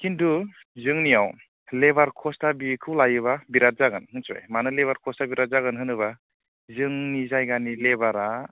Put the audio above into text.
खिन्थु जोंनियाव लेबार कस्टआ बेखौ लायोब्ला बिराथ जागोन मिन्थिबाय मानो लेबार कस्टआ बिराथ जागोन होनोब्ला जोंनि जायगानि लेबारा